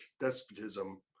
despotism